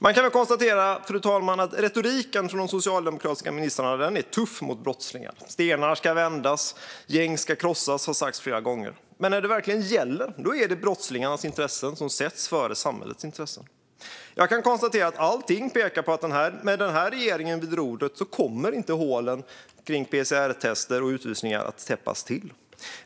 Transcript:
Man kan väl konstatera, fru talman, att retoriken från de socialdemokratiska ministrarna är tuff mot brottslingar. Stenar ska vändas, och gäng ska krossas. Det har sagts flera gånger. Men när det verkligen gäller är det brottslingarnas intressen som sätts före samhällets intressen. Jag kan konstatera att allt pekar på att med den här regeringen vid rodret kommer inte hålen kring PCR-tester och utvisningar att täppas till.